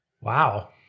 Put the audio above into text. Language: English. Wow